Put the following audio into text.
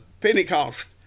Pentecost